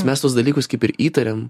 mes tuos dalykus kaip ir įtariam